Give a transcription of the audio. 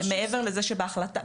מעבר לזה שבהחלטה,